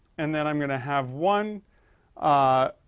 and then i'm going to have one ah,